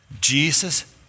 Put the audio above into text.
Jesus